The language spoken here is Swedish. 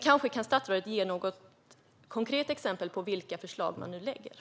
Kanske kan statsrådet ge något konkret exempel på vilka förslag som ska läggas fram.